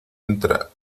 entra